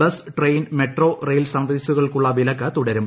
bus train metro rail സർവീസുകൾക്കുള്ള വിലക്ക് തുടരും